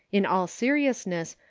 in all seriousness,